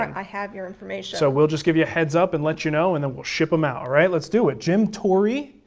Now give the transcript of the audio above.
i have your information. so we'll just give you a heads up, and let you know, and then we'll ship them out. all right, let's do it. jim tory,